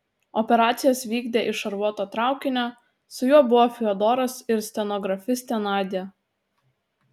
operacijas vykdė iš šarvuoto traukinio su juo buvo fiodoras ir stenografistė nadia